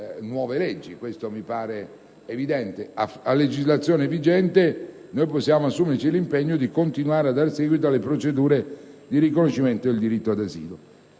A legislazione vigente possiamo assumerci l'impegno di continuare a dar seguito alle procedure di riconoscimento e al diritto all'asilo.